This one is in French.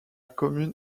commune